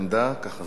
ככה זה נקרא,